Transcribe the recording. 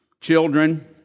Children